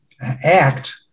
act